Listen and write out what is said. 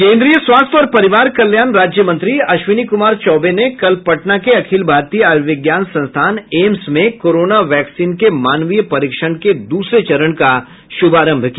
केंद्रीय स्वास्थ्य और परिवार कल्याण राज्यमंत्री अश्विनी कुमार चौबे ने कल पटना के अखिल भारतीय आयुर्विज्ञान संस्थान एम्स में कोरोना वैक्सीन के मानवीय परीक्षण के दूसरे चरण का शुभारंभ किया